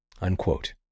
unquote